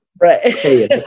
right